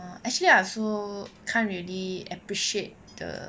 actually I also can't really appreciate the